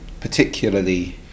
particularly